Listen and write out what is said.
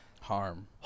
harm